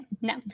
no